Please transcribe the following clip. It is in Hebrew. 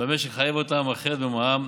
במשק לחייב אותם אחרת במע"מ,